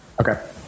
Okay